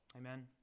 Amen